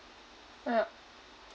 yup